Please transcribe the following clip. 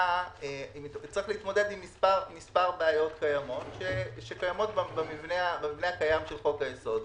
צריך להתמודד עם מספר בעיות שקיימות במבנה הקיים של חוק היסוד.